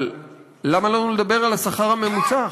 אבל למה לנו לדבר על השכר הממוצע?